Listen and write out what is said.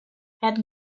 had